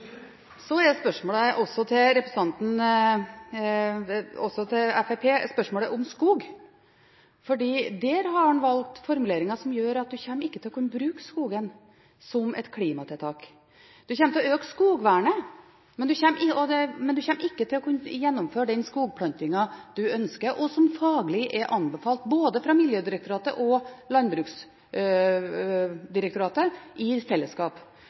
Så handler spørsmålet – også til Fremskrittspartiet – om skog, for der har man valgt formuleringer som gjør at man ikke kommer til å kunne bruke skogen som et klimatiltak. Man kommer til å øke skogvernet, men man kommer ikke til å kunne gjennomføre den skogplantingen man ønsker, og som er anbefalt faglig fra Miljødirektoratet og Landbruksdirektoratet i fellesskap